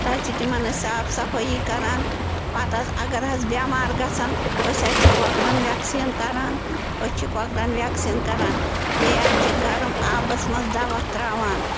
پَتہٕ حظ چھِ تِمَن أسۍ صاف صفٲیی کران پتہٕ حظ اگر حظ بٮ۪مار گژھَن أسۍ حظ چھِ کۄکرَن وٮ۪کسیٖن کَران أسۍ چھِ کۄکرَن وٮ۪کسیٖن کَران بیٚیہِ حظ چھِ گَرم آبَس منٛز دوا ترٛاوان